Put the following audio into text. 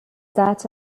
that